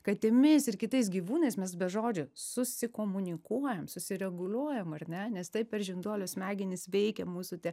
katėmis ir kitais gyvūnais mes be žodžio susikomunikuojam susireguliuojam ar ne nes tai per žinduolio smegenis veikia mūsų tie